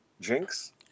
Jinx